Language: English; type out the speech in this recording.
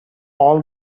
all